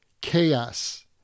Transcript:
Chaos